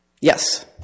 Yes